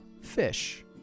fish